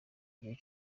gihe